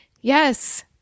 Yes